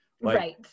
Right